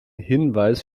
hinweis